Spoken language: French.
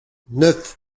neuf